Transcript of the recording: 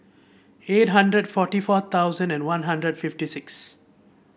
eight hundred forty four thousand and One Hundred fifty six